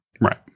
Right